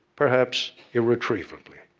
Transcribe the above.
perhaps irretrievably.